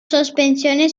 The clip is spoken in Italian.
sospensione